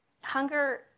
Hunger